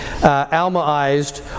Almaized